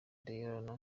diarra